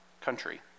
country